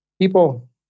people